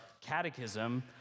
catechism